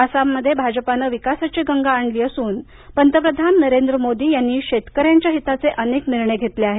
आसाममध्ये भाजपानं विकासाची गंगा आणली असून पंतप्रधान नरेंद्र मोदी यांनी शेतकऱ्यांच्या हिताचे अनेक निर्णय घेतले आहेत